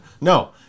No